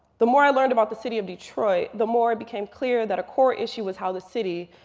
the more i learned about the city of detroit, the more it became clear that a core issue was how the city,